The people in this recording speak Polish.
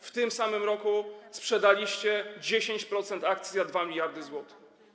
W tym samym roku sprzedaliście 10% akcji za 2 mld zł.